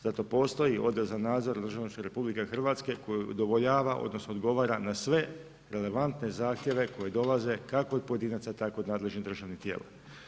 Zato postoji odjel za nadzor … RH koji udovoljava, odnosno, odgovara na sve relevantne zahtjeve koje dolaze kako od pojedinaca, tako i od nadležnih državnih tijela.